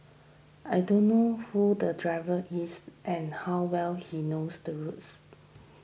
I don't know who the driver is and how well he knows the roads